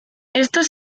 estos